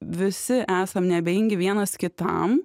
visi esam neabejingi vienas kitam